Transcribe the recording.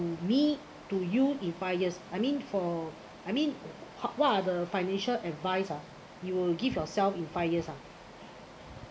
to me to you in five years I mean for I mean what are the financial advice ah you will give yourself in five years ah